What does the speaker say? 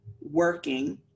working